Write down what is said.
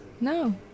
No